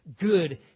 good